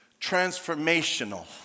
transformational